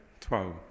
Twelve